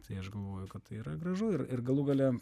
tai aš galvoju kad tai yra gražu ir ir galų gale